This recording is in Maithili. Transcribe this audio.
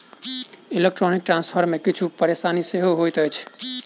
इलेक्ट्रौनीक ट्रांस्फर मे किछु परेशानी सेहो होइत अछि